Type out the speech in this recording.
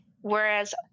whereas